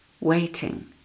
waiting